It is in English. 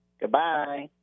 Goodbye